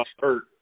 hurt